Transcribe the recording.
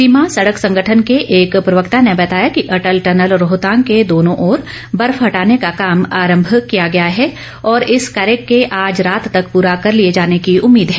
सीमा सड़क संगठन के एक प्रवक्ता ने बताया कि अटल टनल रोहतांग के दोनों ओर बर्फ हटाने का काम आरंभ किया गया है और इस कार्य के आज रात तक प्रा कर लिए जाने की उम्मीद है